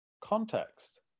context